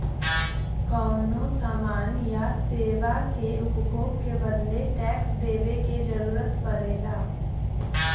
कउनो समान या सेवा के उपभोग के बदले टैक्स देवे क जरुरत पड़ला